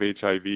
HIV